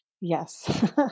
yes